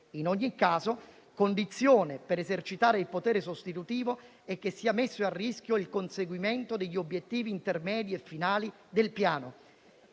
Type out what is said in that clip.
In ogni caso, condizione per esercitare il potere sostitutivo è che sia messo a rischio il conseguimento degli obiettivi intermedi e finali del Piano.